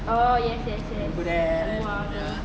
oh yes yes yes kat luar semua